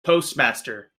postmaster